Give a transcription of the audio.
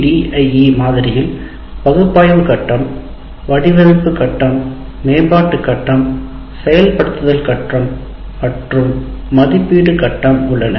ADDIE மாதிரியில் பகுப்பாய்வு கட்டம் வடிவமைப்பு கட்டம் மேம்பாட்டு கட்டம் செயல்படுத்துதல் கட்டம் மற்றும் மதிப்பீடு கட்டம் உள்ளன